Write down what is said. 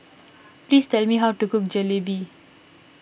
please tell me how to cook Jalebi